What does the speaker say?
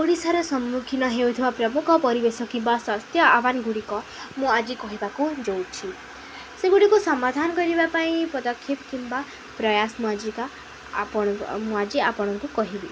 ଓଡ଼ିଶାର ସମ୍ମୁଖୀନ ହେଉଥିବା ପ୍ରମୁଖ ପରିବେଶ କିମ୍ବା ସ୍ୱାସ୍ଥ୍ୟ ଆହ୍ୱାନ ଗୁଡ଼ିକ ମୁଁ ଆଜି କହିବାକୁ ଯଉଛି ସେଗୁଡ଼ିକୁ ସମାଧାନ କରିବା ପାଇଁ ପଦକ୍ଷେପ କିମ୍ବା ପ୍ରୟାସ ମୁଁ ଆଜିକା ଆପଣ ମୁଁ ଆଜି ଆପଣଙ୍କୁ କହିବି